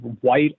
white